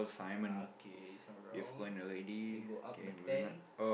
okay so wrong k go up the tent